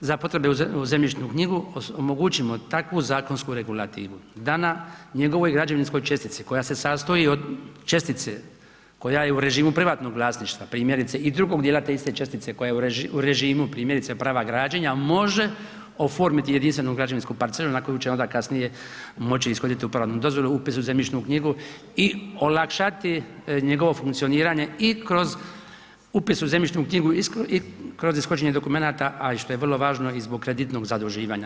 za potrebe u zemljišnu knjigu omogućimo takvu zakonsku regulativu da na njegovoj građevinskoj čestici koja se sastoji od čestice koja je u režimu privatnog vlasništva, primjerice i drugog dijela te iste čestice koja je u režimu primjerice prava građenja može oformiti jedinstvenu građevinsku parcelu na koju će onda kasnije moći ishoditi uporabnu dozvolu, upis u zemljišnu knjigu i olakšati njegovo funkcioniranje i kroz upis u zemljišnu knjigu i kroz ishođenje dokumenata a i što je vrlo važno i zbog kreditnog zaduživanja.